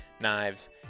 knives